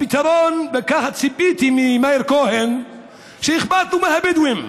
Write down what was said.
הפתרון, וכך ציפיתי ממאיר כהן, שאכפת לו מהבדואים,